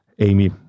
Amy